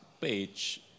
page